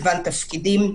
ובמגוון תפקידים.